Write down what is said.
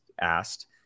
asked